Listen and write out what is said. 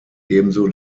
ebenso